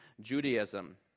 Judaism